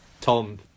Tom